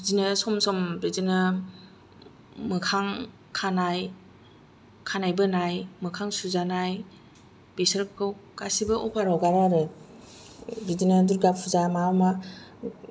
बिदिनो सम सम बिदिनो मोखां खानाय खानाय बोनाय मोखां सुजानाय बेसोरखौ गासिबो अफार हगारो आरो बिदिनो दुरगा फुजा मा मा